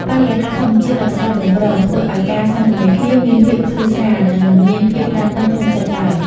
បរិយាកាសធម្មជាតិដ៏ស្រស់បំព្រងធ្វើឱ្យការសន្ទនាគ្នាមានភាពធូរស្រាល និងមិនមានភាពតានតឹងក្នុងចិត្តឡើយ។